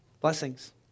Blessings